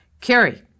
Carrie